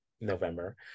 November